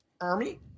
Army